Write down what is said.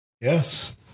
yes